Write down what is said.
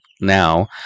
now